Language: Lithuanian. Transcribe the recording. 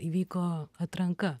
įvyko atranka